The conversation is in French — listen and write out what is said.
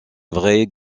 vraie